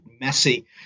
messy